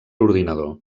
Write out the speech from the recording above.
ordinador